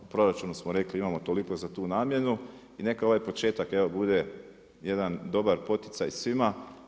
U proračunu smo rekli imamo toliko za tu namjenu i neka ovaj početak bude jedan dobar poticaj svima.